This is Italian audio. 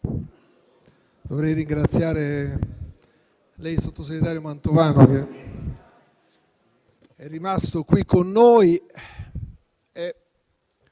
vorrei ringraziare il sottosegretario Mantovano, che è rimasto qui con noi.